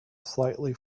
slightly